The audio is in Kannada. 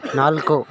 ನಾಲ್ಕು